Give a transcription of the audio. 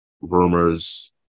rumors